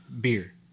beer